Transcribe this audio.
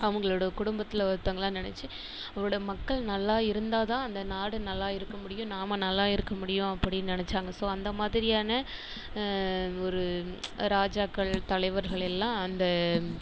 அவங்களோட குடும்பத்தில் ஒருத்தவங்களாக நினச்சி அவரோட மக்கள் நல்லா இருந்தால் தான் அந்த நாடு நல்லா இருக்க முடியும் நாம நல்லா இருக்க முடியும் அப்படின்னு நினச்சாங்க ஸோ அந்த மாதிரியான ஒரு ராஜாக்கள் தலைவர்கள் எல்லாம் அந்த